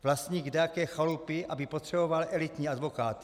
Vlastník kdejaké chalupy aby potřeboval elitní advokáty.